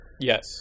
Yes